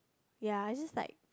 ya it's just like